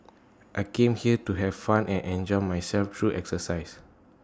I came here to have fun and enjoy myself through exercise